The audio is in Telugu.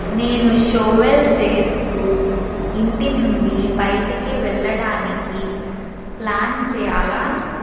నేను షోవెల్ చేస్తూ ఇంటి నుండి బయటికి వెళ్ళడానికి ప్ల్యాన్ చేయాలా